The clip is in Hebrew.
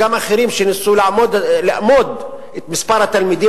גם אחרים שניסו לאמוד את מספר התלמידים,